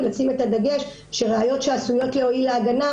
לשים את הדגש שראיות שעשויות להועיל להגנה,